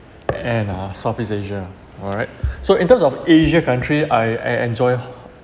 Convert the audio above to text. and uh southeast asia alright so in terms of asia country I I enjoy